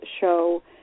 show